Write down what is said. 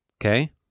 Okay